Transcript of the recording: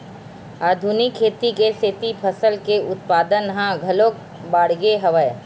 आधुनिक खेती के सेती फसल के उत्पादन ह घलोक बाड़गे हवय